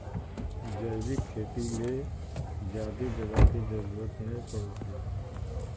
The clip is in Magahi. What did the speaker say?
जैविक खेती ले ज्यादे जगह के जरूरत नय पड़ो हय